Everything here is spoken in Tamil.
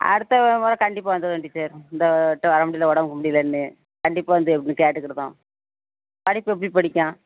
அடுத்த முறை கண்டிப்பாக வந்துடுவோம் டீச்சர் இந்த வாட்டி வரமுடியிலை உடம்புக்கு முடியிலைன்னு கண்டிப்பாக வந்து எப்படினு கேட்டுக்கிடுதோம் படிப்பு எப்படி படிக்கான்